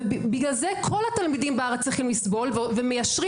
בגלל זה כל התלמידים בארץ צריכים לסבול ומיישרים